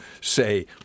say